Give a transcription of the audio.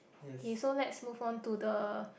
okay so let's move on to the